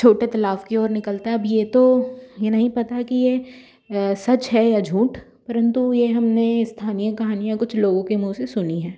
छोटे तलाब की ओर निकलता है अब ये तो ये नहीं पता हे कि ये सच है या झूठ परंतु ये हमने स्थानीय कहानियाँ कुछ लोगों के मुँह से सुनी है